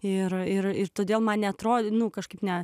ir ir ir todėl man neatrodė nu kažkaip ne